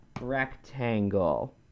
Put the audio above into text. rectangle